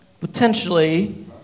potentially